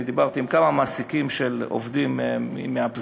אני דיברתי עם כמה מעסיקים של עובדים מהפזורה,